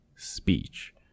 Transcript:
speech